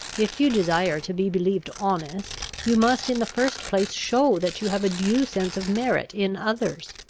if you desire to be believed honest, you must in the first place show that you have a due sense of merit in others.